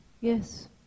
yes